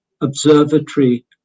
observatory